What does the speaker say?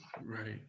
Right